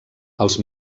els